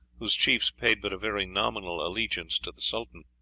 whose chiefs paid but a very nominal allegiance to the sultan.